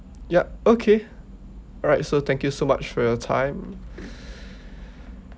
yup okay alright so thank you so much for your time